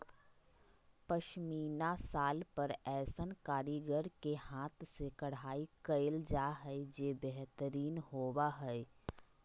पश्मीना शाल पर ऐसन कारीगर के हाथ से कढ़ाई कयल जा हइ जे बेहतरीन होबा हइ